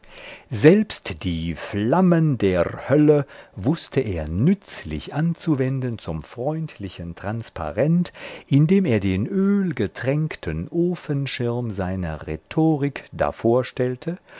selbst die flammen der hölle wußte er nützlich anzuwenden zum freundlichen transparent indem er den ölgetränkten ofenschirm seiner rhetorik davorstellte